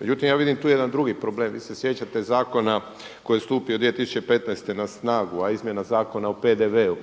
Međutim, ja vidim tu jedan drugi problem. Vi se sjećate zakona koji je stupio 2015. na snagu, a izmjena Zakona o PDV-u,